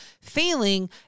failing